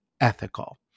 ethical